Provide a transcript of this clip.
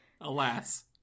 Alas